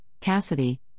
Cassidy